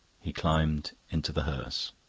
he climbed into the hearse.